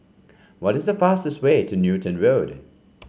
what is the fastest way to Newton Road